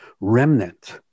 remnant